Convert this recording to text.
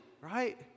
Right